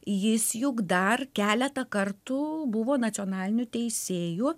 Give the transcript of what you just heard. jis juk dar keletą kartų buvo nacionaliniu teisėju